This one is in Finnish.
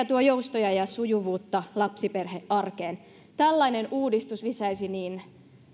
tuo joustoja ja sujuvuutta lapsiperhearkeen tällainen uudistus lisäisi niin